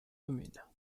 communes